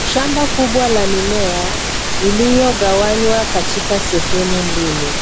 Shamba kubwa la mimea iliyogawanywa katika sehemu mbili.